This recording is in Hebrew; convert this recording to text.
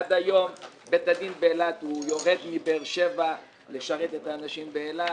עד היום בית הדין באילת הוא יורד מבאר שבע לשרת את האנשים באילת,